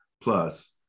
plus